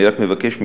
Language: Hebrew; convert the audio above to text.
אני רק מבקש מכם,